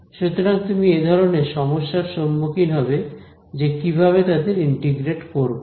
সুতরাং তুমি এ ধরনের সমস্যার সম্মুখীন হবে যে কিভাবে তাদের ইন্টিগ্রেট করব